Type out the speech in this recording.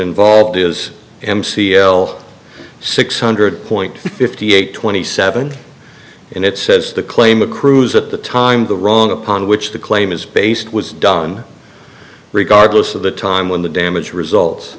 involved is m c l six hundred point fifty eight twenty seven and it says the claim accrues at the time the wrong upon which the claim is based was done regardless of the time when the damage results